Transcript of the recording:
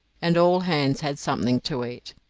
and all hands had something to eat.